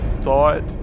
thought